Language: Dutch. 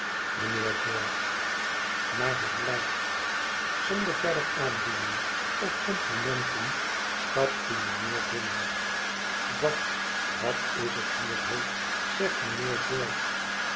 mijnheer george naar het blijkt zonder verdere aandiening of complimenten stapt die mijnheer binnen ba wat is het hier heet zegt mijnheer